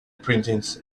printings